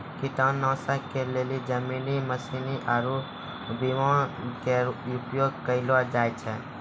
कीटनाशक के लेली जमीनी मशीन आरु विमान के उपयोग कयलो जाय छै